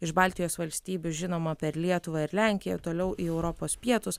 iš baltijos valstybių žinoma per lietuvą ir lenkiją toliau į europos pietus